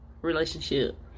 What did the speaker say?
relationship